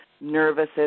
nervous